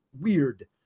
weird